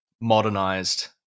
modernized